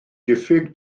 diffyg